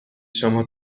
شما